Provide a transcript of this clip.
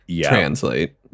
translate